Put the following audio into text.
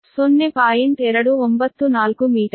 294 metre